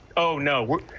oh no work.